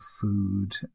food